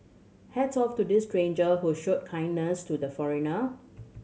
hats off to this stranger who showed kindness to the foreigner